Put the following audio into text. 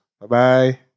Bye-bye